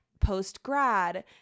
post-grad